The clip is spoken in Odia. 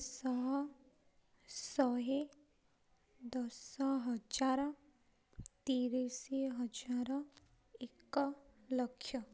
ଶହ ଶହେ ଦଶ ହଜାର ତିରିଶି ହଜାର ଏକ ଲକ୍ଷ